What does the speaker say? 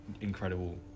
incredible